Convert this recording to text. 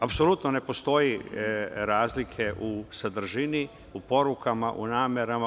Apsolutno ne postoji razlike u sadržini, u porukama, u namerama.